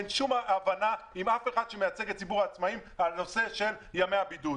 אין שום הבנה עם אף אחד שמייצג את ציבור העצמאים על נושא ימי הבידוד.